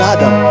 Adam